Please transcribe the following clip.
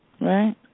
Right